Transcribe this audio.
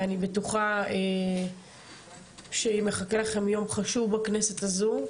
אני בטוחה שמחכה לכם יום חשוב בכנסת הזו,